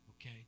okay